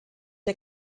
der